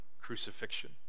crucifixion